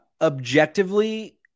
Objectively